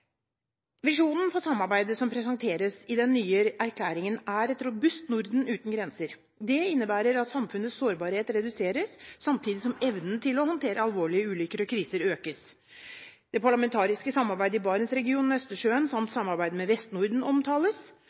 Visjonen for samarbeidet som presenteres i den nye erklæringen, er et robust Norden uten grenser. Det innebærer at samfunnets sårbarhet reduseres, samtidig som evnen til å håndtere alvorlige ulykker og kriser økes. Det parlamentariske samarbeidet i Barentsregionen og Østersjøen samt samarbeidet med Vest-Norden omtales.